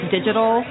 Digital